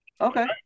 Okay